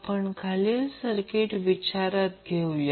आपण एक साधे दोन ब्रांच सर्किट घेतले आहे